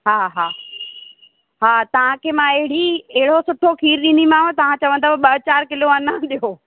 हा हा हा हा तव्हांखे मां अहिड़ी अहिड़ो सुठो खीर ॾींदीमाव तव्हां चवंदव ॿ चारि किलो अञा ॾियो